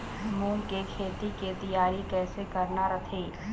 मूंग के खेती के तियारी कइसे करना रथे?